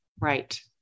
Right